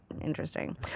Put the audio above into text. interesting